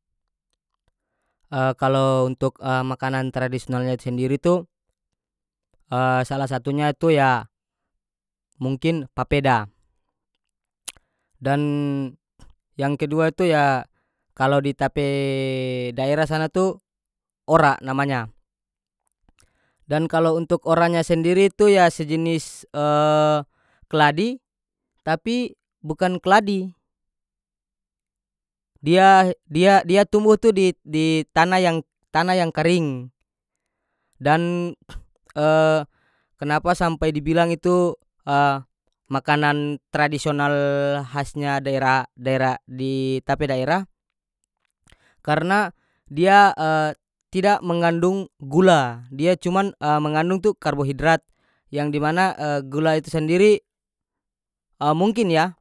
kalo untuk makanan tradisionalnya itu sendiri tu salah satunya itu ya mungkin papeda dan yang kedua itu ya kalo di ta pe daerah sana tu ora namanya dan kalo untuk oranya sendiri itu ya sejenis kladi tapi bukan kladi diae- dia tumbuh tu dit- di tanah yang tanah yang karing dan kenapa sampai dibilang itu makanan tradisional hasnya daerah- daerah di ta pe daerah karena dia tidak mengandung gula dia cuman mengandung tu karbohidrat yang di mana gula itu sendiri ah mungkin yah